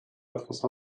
etwas